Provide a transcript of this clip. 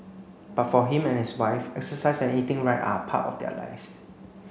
but for him and his wife exercise and eating right are part of their lives